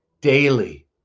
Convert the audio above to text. daily